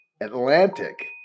Atlantic